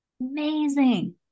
Amazing